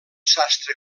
sastre